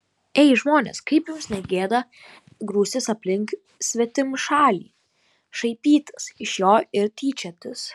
ei žmonės kaip jums ne gėda grūstis aplink svetimšalį šaipytis iš jo ir tyčiotis